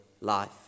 life